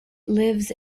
lives